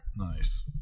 Nice